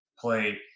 Play